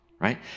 right